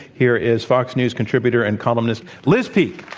here is fox news contributor and columnist, liz peek.